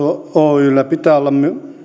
oyllä pitää